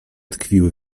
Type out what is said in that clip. tkwiły